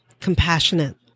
compassionate